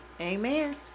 Amen